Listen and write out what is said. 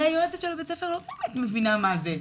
הרי יועצת בית הספר לא באמת מבינה מה זה.